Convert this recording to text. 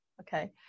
okay